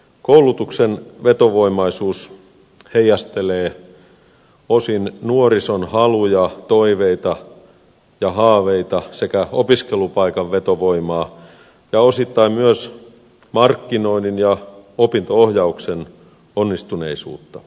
koulutuksen vetovoimaisuus heijastelee osin nuorison haluja toiveita ja haaveita sekä opiskelupaikan vetovoimaa ja osittain myös markkinoinnin ja opinto ohjauksen onnistuneisuutta